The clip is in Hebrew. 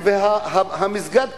והמסגד קיים,